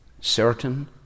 Certain